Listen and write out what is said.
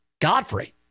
Godfrey